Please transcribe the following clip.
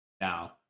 now